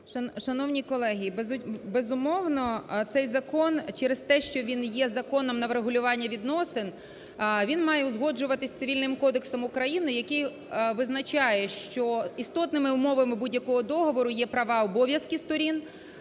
Шановні колеги, безумовно, цей закон через те, що він є законом на врегулювання відносин, він має узгоджуватися Цивільним кодексом України, який визначає, що істотними умовами будь-якого договору є права, обов'язки сторін,